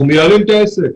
אנחנו מייעלים את העסק.